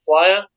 player